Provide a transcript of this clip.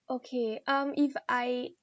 okay um if I